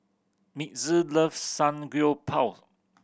Mitzi loves Samgyeopsal